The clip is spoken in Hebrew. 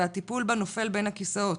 והטיפול בה נופל בין הכיסאות.